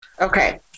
Okay